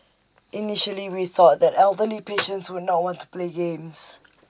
initially we thought that elderly patients would not want to play games